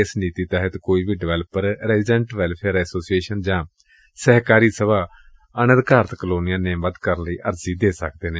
ਏਸ ਨੀਤੀ ਤਹਿਤ ਕੋਈ ਵੀ ਡਿਵੈਲਪਲਰ ਰੈਜ਼ੀਡੈਂਟ ਵੈਲਫੇਅਰ ਐਸੋਸੀਏਸ਼ਨਾਂ ਜਾਂ ਸਹਿਕਾਰੀ ਸਭਾਵਾਂ ਵੀ ਅਣਅਧਿਕਾਰਤ ਕਲੋਨੀਆਂ ਨੇਮਬੱਧ ਕਰਨ ਲਈ ਅਰਜ਼ੀ ਦੇ ਸਕਦੇ ਨੇ